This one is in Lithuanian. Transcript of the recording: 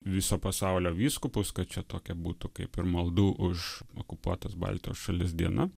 viso pasaulio vyskupus kad čia tokia būtų kaip ir maldų už okupuotas baltijos šalis diena